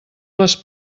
les